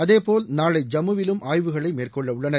அதேபோல் நாளை ஜம்முவிலும் ஆய்வுகளை மேற்கொள்ள உள்ளனர்